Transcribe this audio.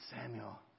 Samuel